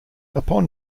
upon